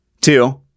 Two